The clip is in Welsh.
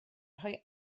rhoi